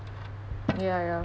ya ya